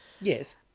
Yes